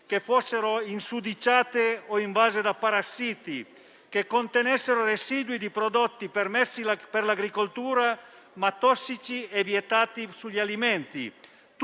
che fossero insudiciati o invasi da parassiti o che contenessero residui di prodotti permessi per l'agricoltura, ma tossici e vietati sugli alimenti.